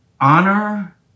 honor